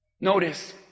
Notice